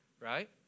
Right